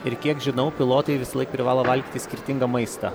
ir kiek žinau pilotai visąlaik privalo valgyti skirtingą maistą